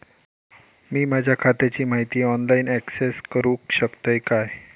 मी माझ्या खात्याची माहिती ऑनलाईन अक्सेस करूक शकतय काय?